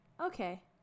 Okay